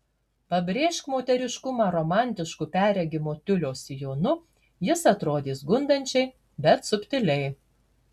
pabrėžk moteriškumą romantišku perregimo tiulio sijonu jis atrodys gundančiai bet subtiliai